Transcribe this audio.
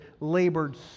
labored